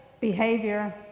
behavior